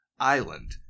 island